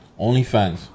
OnlyFans